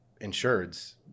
insureds